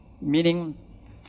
meaning